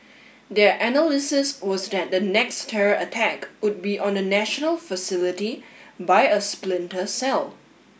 their analysis was that the next terror attack would be on a national facility by a splinter cell